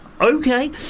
Okay